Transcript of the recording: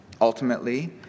ultimately